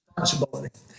responsibility